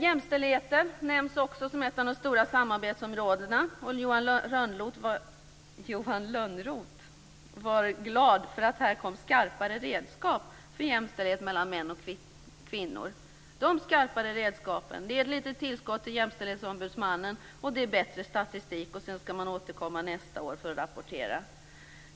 Jämställdheten nämns också som ett av de stora samarbetsområdena. Johan Lönnroth var glad över att här kom skarpare redskap för jämställdhet mellan män och kvinnor. De skarpare redskapen består i ett litet tillskott till Jämställdhetsombudsmannen och en bättre statistik. Vidare skall man nästa år återkomma för att rapportera.